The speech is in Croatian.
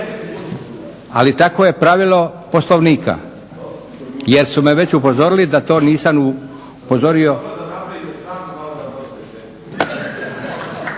Ali takvo je pravilo Poslovnika jer su me već upozorili da to nisam upozorio…